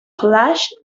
collages